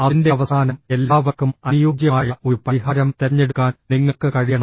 അതിന്റെ അവസാനം എല്ലാവർക്കും അനുയോജ്യമായ ഒരു പരിഹാരം തിരഞ്ഞെടുക്കാൻ നിങ്ങൾക്ക് കഴിയണം